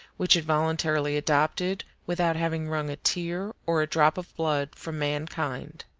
which it voluntarily adopted without having wrung a tear or a drop of blood from mankind.